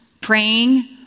praying